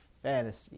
fantasy